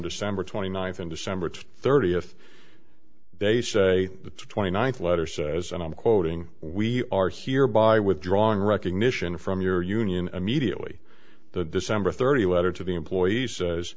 december twenty ninth and december two thirty if they say the twenty ninth letter says and i'm quoting we are here by withdrawing recognition from your union immediately the december thirty letter to the employee